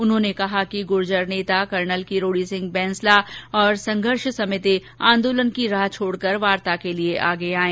उन्होंने कहा कि गुर्जर नेता कर्नल किरोड़ी सिंह बैंसला और संघर्ष समिति आंदोलन की राह छोड़ वार्ता के लिए आगे आएं